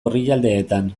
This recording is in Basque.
orrialdeetan